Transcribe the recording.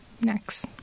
next